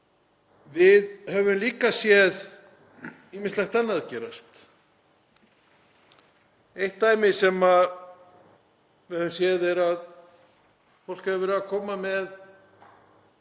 Við höfum líka séð ýmislegt annað gerast. Eitt dæmi sem við höfum séð er að fólk hefur verið að koma með